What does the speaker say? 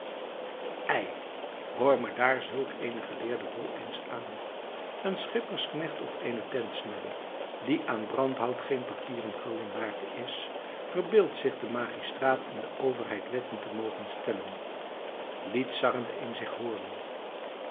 ei hoor me daar zulk eenen geleerden bol eens aan een schippersknecht op eene tentsnebbe die aan brandhout geen papieren gulden waard is verbeeldt zich den magistraat en der overheid wetten te mogen stellen liet sarrend een zich hooren